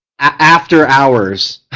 after hours,